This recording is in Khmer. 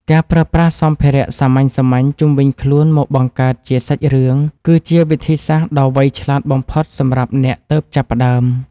ការប្រើប្រាស់សម្ភារៈសាមញ្ញៗជុំវិញខ្លួនមកបង្កើតជាសាច់រឿងគឺជាវិធីសាស្ត្រដ៏វៃឆ្លាតបំផុតសម្រាប់អ្នកទើបចាប់ផ្តើម។